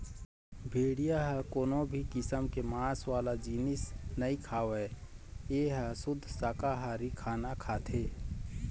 भेड़िया ह कोनो भी किसम के मांस वाला जिनिस नइ खावय ए ह सुद्ध साकाहारी खाना खाथे